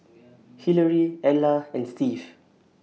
Hillary Ella and Steve